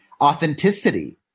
authenticity